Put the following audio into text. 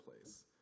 place